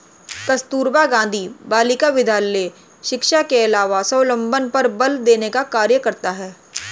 कस्तूरबा गाँधी बालिका विद्यालय शिक्षा के अलावा स्वावलम्बन पर बल देने का कार्य करता है